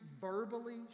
verbally